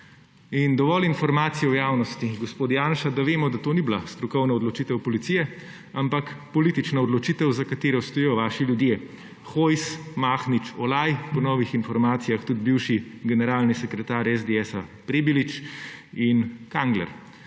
ne. Dovolj informacij v javnosti je, gospod Janša, da vemo, da to ni bila strokovna odločitev policije, ampak politična odločitev, za katero stojijo vaši ljudje – Hojs, Mahnič, Olaj, po novih informacijah tudi bivši generalni sekretar SDS Prebilič in Kangler.